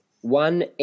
One